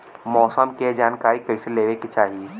मौसम के जानकारी कईसे लेवे के चाही?